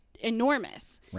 enormous